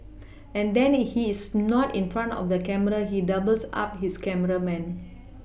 and then he's not in front of the camera he doubles up his cameraman